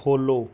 follow